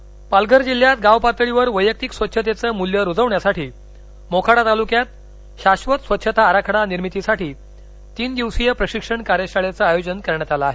कार्यशाळा जिल्ह्यात गाव पातळीवर वैयक्तिक स्वच्छतेचं मूल्य रुजवण्यासाठी मोखाडा तालुक्यात पालघर शाश्वत स्वच्छता आराखडा निर्मितीसाठी तीन दिवसीय प्रशिक्षण कार्यशाळेचं आयोजन करण्यात आलं आहे